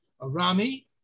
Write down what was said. Arami